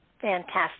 Fantastic